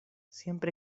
siempre